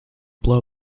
blow